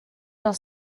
gael